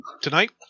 tonight